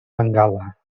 bengala